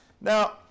now